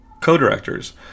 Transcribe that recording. co-directors